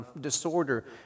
disorder